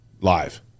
live